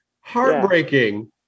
heartbreaking